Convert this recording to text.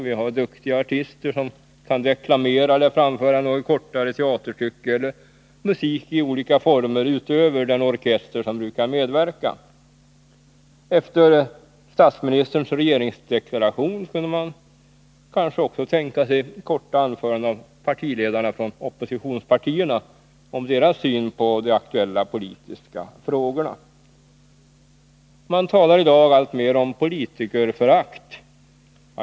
Vi har duktiga artister som kan deklamera eller framföra något kortare teaterstycke eller musik i olika former utöver den orkester som brukar medverka. Efter statsministerns regeringsdeklaration kunde man kanske också tänka sig korta anföranden av partiledarna från oppositionspartierna om deras syn på de aktuella politiska frågorna. Man talar i dag alltmer om politikerförakt.